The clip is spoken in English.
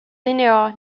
linear